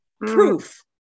proof